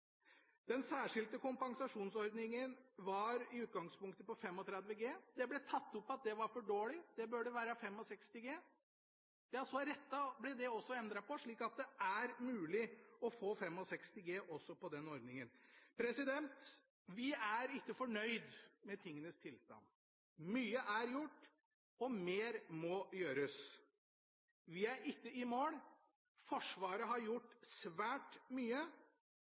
Den særskilte kompensasjonsordningen var i utgangspunktet på 35 G. Det ble tatt opp at det var for dårlig, det burde være 65 G. Så ble det rettet på, slik at det er mulig å få 65 G også innenfor den ordningen. Vi er ikke fornøyd med tingenes tilstand. Mye er gjort, og mer må gjøres. Vi er ikke i mål. Forsvaret har gjort svært mye.